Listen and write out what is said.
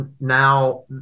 now